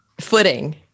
footing